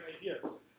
ideas